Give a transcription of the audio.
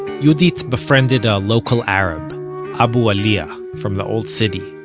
yehudit befriended a local arab abu walliyah from the old city.